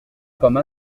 comme